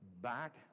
back